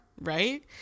right